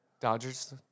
Dodgers